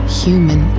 human